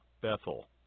Bethel